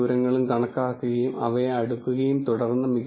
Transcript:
നിങ്ങൾക്ക് വളരെയധികം ടെക്നിക്കുകൾ ഉള്ളതിന്റെ കാരണം ഇതാണ്